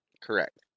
Correct